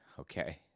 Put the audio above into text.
Okay